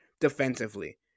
defensively